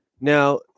Now